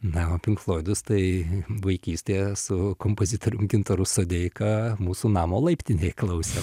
na o pink floidus tai vaikystėje su kompozitorium gintaru sodeika mūsų namo laiptinėj klausėm